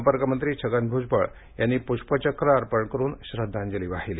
संपर्कमंत्री छगन भूजबळ यांनी पुष्पचक्र अर्पण करुन श्रध्दांजली वाहिली